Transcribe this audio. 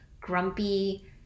grumpy